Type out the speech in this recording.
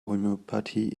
homöopathie